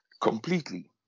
completely